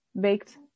baked